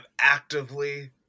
actively